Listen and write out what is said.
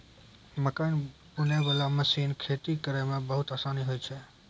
मकैइ बुनै बाला मशीन खेती करै मे बहुत आसानी होय छै